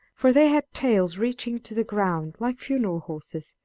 for they had tails reaching to the ground, like funeral horses,